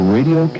Radio